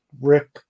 Rick